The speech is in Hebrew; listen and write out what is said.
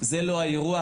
זה לא האירוע,